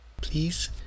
please